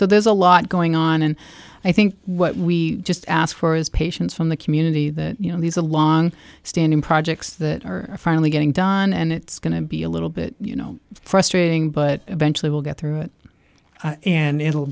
so there's a lot going on and i think what we just asked for is patients from the community that you know he's a long standing projects that are finally getting done and it's going to be a little bit you know frustrating but eventually we'll get through it and it'll